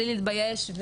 בלי להתבייש,